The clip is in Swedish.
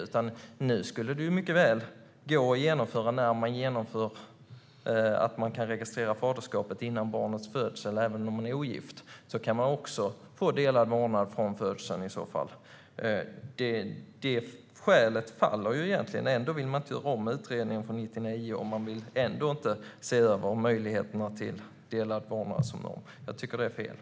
Eftersom man som ogift kan registrera faderskapet före barnets födsel borde man också kunna få delad vårdnad från födseln. Det gamla skälet faller alltså. Ändå vill man inte göra om utredningen från 1999 och se över möjligheterna till delad vårdnad som norm. Jag tycker att det är fel.